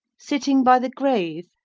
sitting by the grave,